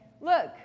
look